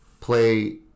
play